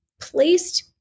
placed-